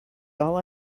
all